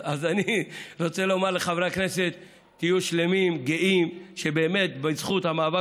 אני רוצה לומר לחברי הכנסת: תהיו שלמים וגאים על שבאמת בזכות המאבק